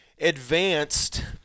advanced